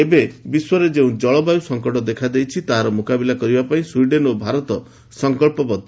ଏବେ ବିଶ୍ୱରେ ଯେଉଁ ଜଳବାୟୁ ସଂକଟ ଦେଖା ଦେଇଛି ତାହାର ମୁକାବିଲା କରିବା ପାଇଁ ସ୍ପିଡେନ୍ ଓ ଭାରତ ସଂକଳ୍ପବଦ୍ଧ